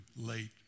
late